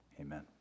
Amen